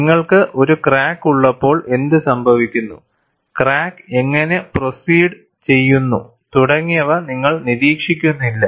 നിങ്ങൾക്ക് ഒരു ക്രാക്ക് ഉള്ളപ്പോൾ എന്തുസംഭവിക്കുന്നു ക്രാക്ക് എങ്ങനെ പ്രോസിഡ് ചെയ്യുന്നു തുടങ്ങിയവ നിങ്ങൾ നിരീക്ഷിക്കുന്നില്ല